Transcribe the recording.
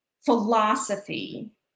philosophy